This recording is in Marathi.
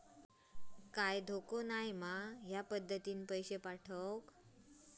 काय धोको पन नाय मा ह्या पद्धतीनं पैसे पाठउक?